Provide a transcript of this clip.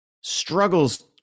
struggles